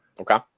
Okay